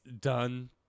done